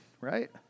Right